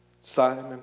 Simon